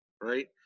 right